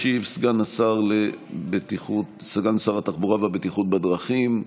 ישיב סגן שרת התחבורה והבטיחות בדרכים,